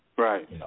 Right